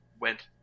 went